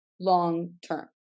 long-term